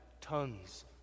tons